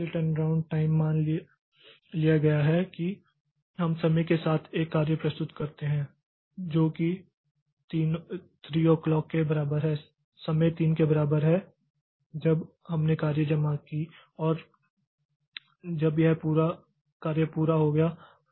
इसलिए turnaround time मान लिया गया है कि हम समय के साथ एक कार्य प्रस्तुत करते हैं जो कि 3 'o क्लॉक के बराबर है समय 3 के बराबर है जब हमने कार्य जमा की और जब यह कार्य पूरी हो गई